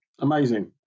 Amazing